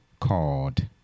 called